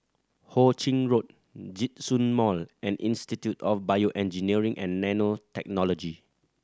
Ho Ching Road Djitsun Mall and Institute of BioEngineering and Nanotechnology